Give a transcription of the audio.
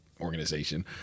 Organization